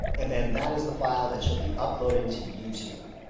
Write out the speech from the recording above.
and then that is the file that should be uploading to youtube.